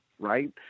right